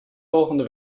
volgende